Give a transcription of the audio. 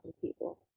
people